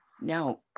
Now